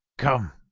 come,